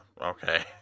Okay